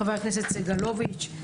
חבר הכנסת יואב סגלוביץ'.